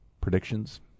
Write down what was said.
predictions